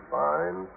fine